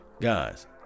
guys